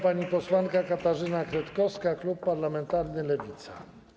Pani posłanka Katarzyna Kretkowska, klub parlamentarny Lewica.